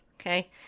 Okay